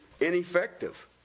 ineffective